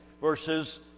verses